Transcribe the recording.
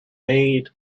made